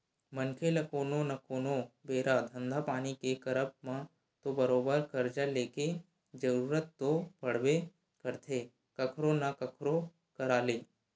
मनखे ल कोनो न कोनो बेरा धंधा पानी के करब म तो बरोबर करजा लेके जरुरत तो पड़बे करथे कखरो न कखरो करा ले